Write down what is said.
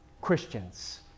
Christians